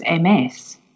MS